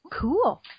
Cool